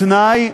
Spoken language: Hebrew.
בתנאי,